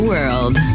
World